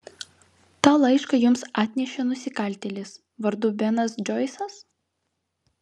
tą laišką jums atnešė nusikaltėlis vardu benas džoisas